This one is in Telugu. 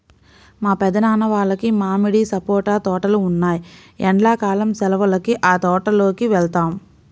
మా పెద్దనాన్న వాళ్లకి మామిడి, సపోటా తోటలు ఉన్నాయ్, ఎండ్లా కాలం సెలవులకి ఆ తోటల్లోకి వెళ్తాం